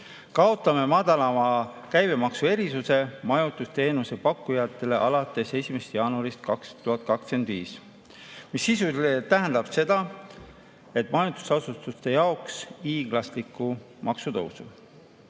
"Kaotame madalama käibemaksu erisuse majutusteenuse pakkujatele alates 1. jaanuarist 2025." Sisuliselt tähendab see majutusasutuste jaoks hiiglaslikku maksutõusu.